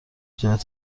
ایجاد